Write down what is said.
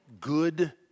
good